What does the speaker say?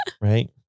Right